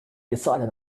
decided